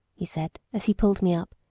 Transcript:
he said, as he pulled me up,